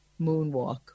moonwalk